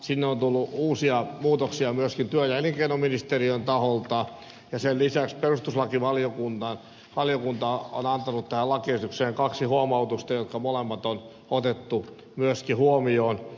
sinne on tullut uusia muutoksia myöskin työ ja elinkeinoministeriön taholta ja sen lisäksi perustuslakivaliokunta on antanut tähän lakiesitykseen kaksi huomautusta jotka molemmat on otettu myöskin huomioon